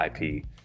IP